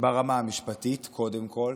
ברמה המשפטית, קודם כול.